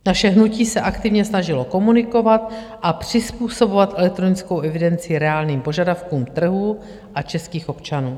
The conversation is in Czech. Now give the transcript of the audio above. Naše hnutí se aktivně snažilo komunikovat a přizpůsobovat elektronickou evidenci reálným požadavkům trhu a českých občanů.